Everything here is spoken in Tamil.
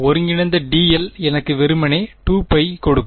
ஒருங்கிணைந்த dl எனக்கு வெறுமனே 2π கொடுக்கும்